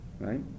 right